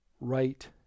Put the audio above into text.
right